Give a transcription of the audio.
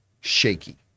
shaky